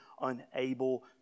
unable